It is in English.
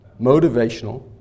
motivational